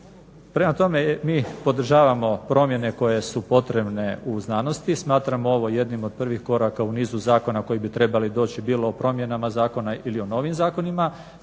Prema tome, mi podržavamo promjene koje su potrebne u znanosti. Smatramo ovo jednim od prvih koraka u nizu zakona koji bi trebali doći, bilo o promjenama zakona ili o novim zakonima.